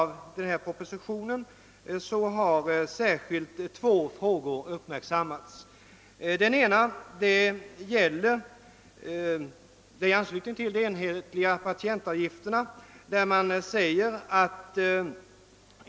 Vi skriver på ett ställe i utskottsutlåtandet: » Vid granskningen av förslaget om läkarvårdsersättning i detalj har utskottet särskilt uppmärksammat två frågor.